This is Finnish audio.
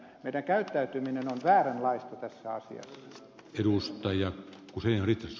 meidän käyttäytymisemme on vääränlaista tässä asiassa